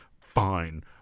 fine